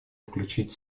включить